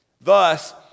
Thus